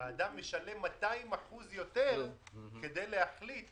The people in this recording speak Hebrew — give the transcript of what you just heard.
שהאדם משלם 200% יותר כדי להחליט